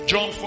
John